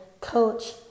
coach